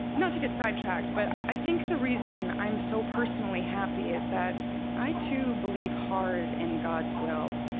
not to get sidetracked, but i think the reason i'm so personally happy is that i too believe hard in god's will.